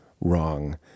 wrong